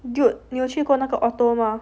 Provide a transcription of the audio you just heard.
dude 你有去过那个 auto mah